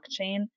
blockchain